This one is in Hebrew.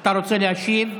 אתה רוצה להשיב?